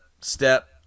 step